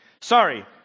Sorry